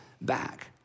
back